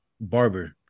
barber